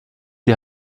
die